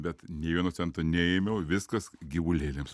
bet nė vieno cento neėmiau viskas gyvulėliams